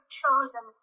chosen